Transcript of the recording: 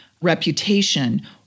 reputation